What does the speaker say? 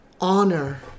honor